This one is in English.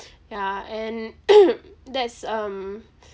ya and that's um